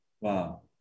Wow